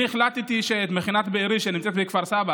את מכינת בארי שנמצאת בכפר סבא,